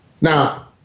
Now